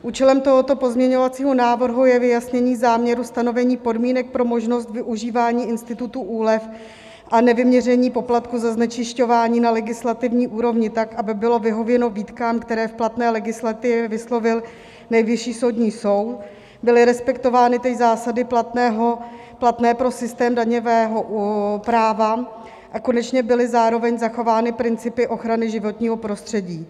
Účelem tohoto pozměňovacího návrhu je vyjasnění záměru stanovení podmínek pro možnost využívání institutu úlev a nevyměření poplatku za znečišťování na legislativní úrovni tak, aby bylo vyhověno výtkám, které v platné legislativě vyslovil Nejvyšší soud, byly respektovány též zásady platné pro systém daňového práva a konečně byly zároveň zachovány principy ochrany životního prostředí.